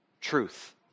truth